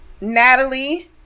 natalie